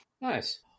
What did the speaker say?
Nice